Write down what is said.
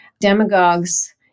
demagogues